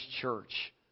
church